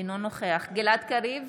אינו נוכח גלעד קריב,